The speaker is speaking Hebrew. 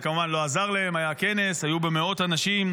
זה כמובן לא עזר להם, היה כנס, היו בו מאות אנשים.